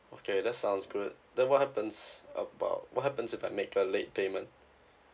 okay that sounds good then what happens about what happens if I make a late payment